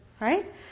Right